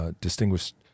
distinguished